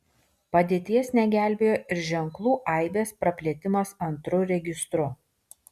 padėties negelbėjo ir ženklų aibės praplėtimas antru registru